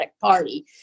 Party